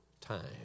time